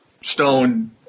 stone